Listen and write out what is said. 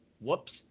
whoops